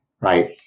right